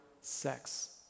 sex